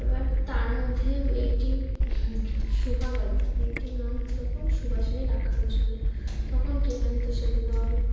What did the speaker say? এবার তার মধ্যে মেয়েটি সুভা গল্পে মেয়েটির নাম যখন সুভাষিণী রাখা হয়েছিলো তখন কে জানিতো সে বোবা হবে